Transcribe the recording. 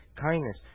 kindness